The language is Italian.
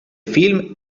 film